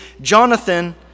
Jonathan